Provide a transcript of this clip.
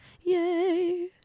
Yay